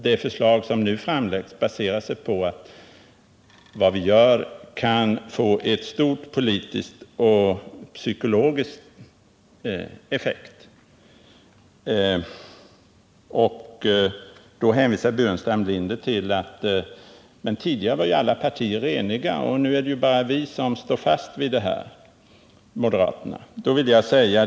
Det förslag som nu framläggs är baserat på att vad vi gör kan få stor politisk och psykologisk effekt. Staffan Burenstam Linder hänvisar till att tidigare var alla partier eniga men nu är det bara moderaterna som står fast vid den förut intagna ståndpunkten.